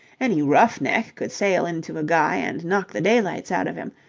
any roughneck could sail into a guy and knock the daylights out of him,